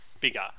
bigger